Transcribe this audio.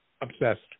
obsessed